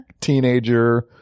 teenager